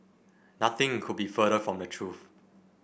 nothing could be further from the truth